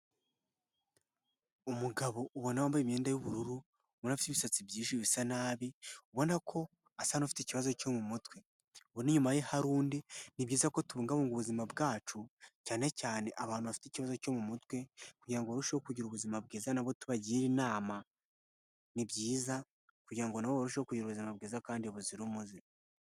Umugabo ubona wambaye imyenda y'ubururu umuntu afite ibisatsi byinshi bisa nabi ubona ko asa n'ufite ikibazo cyo mu mutwe . Ubona inyuma ye hari undi , ni byiza ko tubungabunga ubuzima bwacu cyane cyane abantu bafite ikibazo cyo mu mutwe kugira ngo barusheho kugira ubuzima bwiza nabo tubagira inama. Ni byiza kugira ngo nabo barusheho kugira ubuzima bwiza kandi buzira umuze.